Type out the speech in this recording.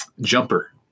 Jumper